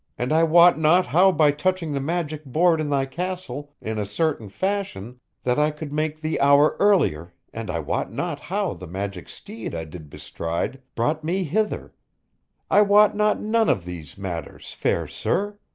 and i wot not how by touching the magic board in thy castle in a certain fashion that i could make the hour earlier and i wot not how the magic steed i did bestride brought me hither i wot not none of these matters, fair sir.